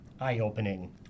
eye-opening